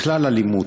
בכלל אלימות.